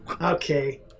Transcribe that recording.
Okay